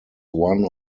one